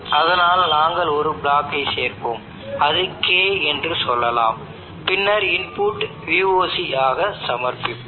அதனால்நாங்கள் ஒரு பிளாக்கை சேர்ப்போம் அது K என்று சொல்லலாம் பின்னர் இன்புட் VOC ஆக சமர்ப்பிப்போம்